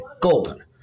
Golden